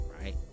right